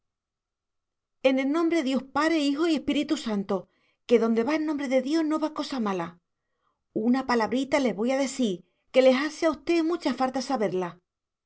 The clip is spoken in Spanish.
en er nombre e dios pare jijo y epíritu zanto que donde va er nombre e dios no va cosa mala una palabrita les voy a icir que lase a ostés mucha farta saberla